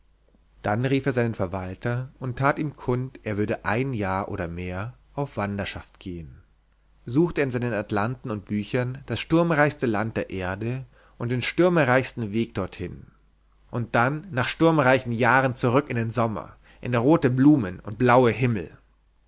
dann rief er seinen verwalter und tat ihm kund er würde ein jahr oder mehr auf wanderschaft gehen und als der ihn verlassen hatte suchte er in seinen atlanten und büchern das sturmreichste land der erde und den stürmereichsten weg dorthin und dann nach sturmreichen jahren zurück in den sommer in rote blumen und blaue himmel